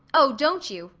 oh, don't you?